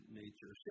nature